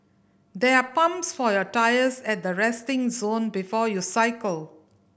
there are pumps for your tyres at the resting zone before you cycle